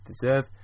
deserve